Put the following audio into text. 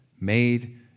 made